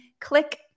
Click